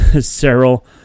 Cyril